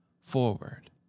forward